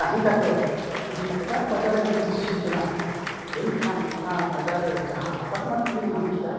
ᱛᱟᱦᱮᱸ ᱠᱟᱛᱮᱫ ᱡᱩᱫᱤ ᱮᱴᱟᱜ ᱵᱟᱡᱟᱨ ᱨᱮ ᱡᱚᱫᱤᱞᱤᱧ ᱥᱤᱯᱷᱴ ᱮᱱᱟ ᱮᱱᱠᱷᱟᱱ ᱚᱱᱟ ᱵᱟᱡᱟᱨ ᱨᱮ ᱡᱟᱦᱟᱸ ᱮᱯᱟᱨᱴᱢᱮᱱᱴ ᱞᱤᱧ ᱧᱟᱢ ᱠᱮᱜᱼᱟ